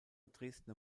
dresdner